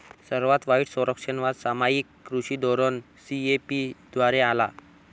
सर्वात वाईट संरक्षणवाद सामायिक कृषी धोरण सी.ए.पी द्वारे आला